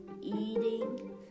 eating